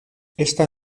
esta